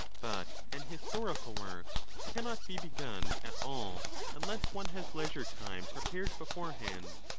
but an historical work cannot be begun at all unless one has leisure time prepared beforehand,